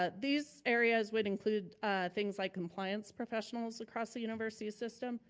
ah these areas would include things like compliance professionals across the university system,